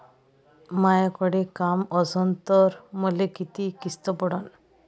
मायाकडे काम असन तर मले किती किस्त पडन?